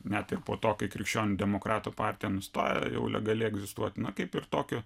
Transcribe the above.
net ir po to kai krikščionių demokratų partija nustojo jau legaliai egzistuoti kaip ir tokiu